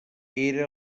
era